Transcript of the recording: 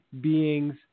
beings